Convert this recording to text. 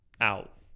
out